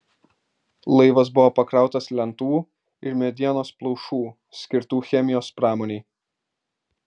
laivas buvo pakrautas lentų ir medienos plaušų skirtų chemijos pramonei